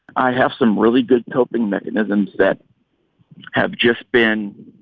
i have some really good coping mechanisms that have just been